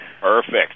Perfect